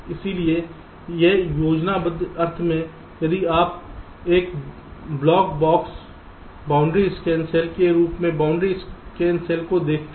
इसलिए एक योजनाबद्ध अर्थ में यदि आप एक ब्लॉग बॉक्सबाउंड्री स्कैन सेल के रूप में बाउंड्री स्कैन सेल को देखते हैं